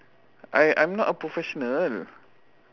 I I'm not a professional